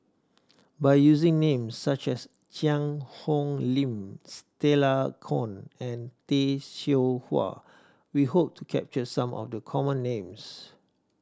by using names such as Cheang Hong Lim Stella Kon and Tay Seow Huah we hope to capture some of the common names